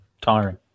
tiring